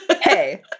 Hey